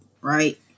right